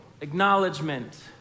acknowledgement